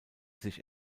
sich